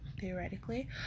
theoretically